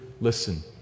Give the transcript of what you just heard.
listen